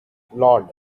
lord